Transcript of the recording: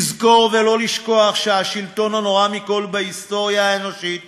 לזכור ולא לשכוח שהשלטון הנורא מכול בהיסטוריה האנושית